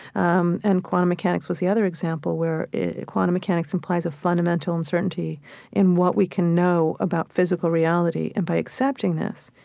um and quantum mechanics was the other example, where quantum mechanics implies a fundamental uncertainty in what we can know about physical reality. and by accepting this,